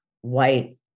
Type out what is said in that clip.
white